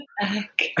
back